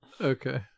Okay